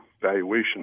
valuation